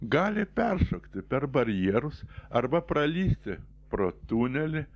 gali peršokti per barjerus arba pralįsti pro tunelį